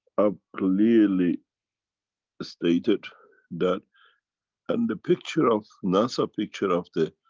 ah clearly stated that and the picture of. nasa picture of the